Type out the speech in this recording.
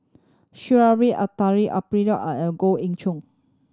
Sha'ari a Eleuterio and Goh Ee Choo